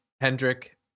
Hendrick